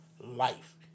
life